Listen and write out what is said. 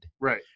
Right